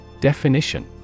Definition